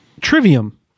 Trivium